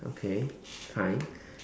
okay kind